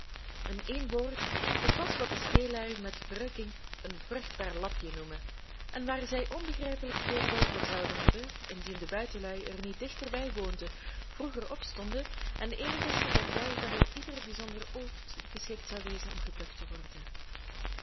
in één woord het was wat de steelui met verrukking een vruchtbaar lapje noemen en waar zij onbegrijpelijk veel wil van zouden hebben indien de buitenlui er niet dichterbij woonden vroeger opstonden en eer wisten dan zij wanneer ieder bijzonder ooft geschikt zou wezen om geplukt te worden